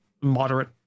Moderate